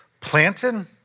planted